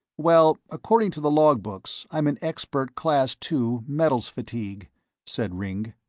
well, according to the logbooks, i'm an expert class two, metals-fatigue, said ringg.